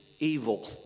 evil